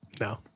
No